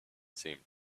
seemed